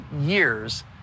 years